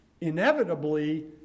inevitably